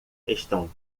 estão